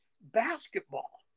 basketball